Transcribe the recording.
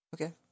Okay